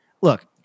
look